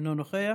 אינו נוכח,